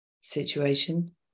situation